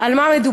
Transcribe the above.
על מה מדובר,